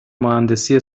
مهندسی